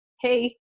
Hey